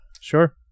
Sure